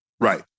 right